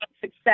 success